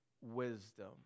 wisdom